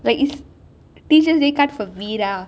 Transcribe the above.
like is teacher's day card for veera